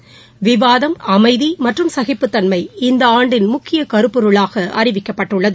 விவாதம் அமைதி மற்றும் சகிப்புத்தன்மை இந்த ஆண்டின் முக்கிய கருப்பொருளாக அறிவிக்கப்பட்டுள்ளது